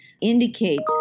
indicates